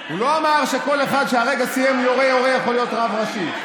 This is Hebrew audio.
הוא לא אמר שכל אחד שכרגע סיים "יורה יורה" יכול להיות רב ראשי.